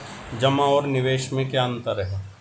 जमा और निवेश में क्या अंतर है?